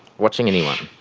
watching anyone.